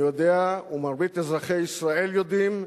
אני יודע, ומרבית אזרחי ישראל יודעים,